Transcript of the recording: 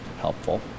helpful